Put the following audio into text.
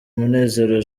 munezero